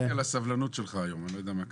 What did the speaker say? כל הכבוד לסבלנות שלך היום, אני לא יודע מה קרה.